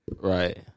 Right